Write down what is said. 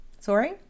Sorry